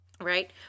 right